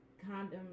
condom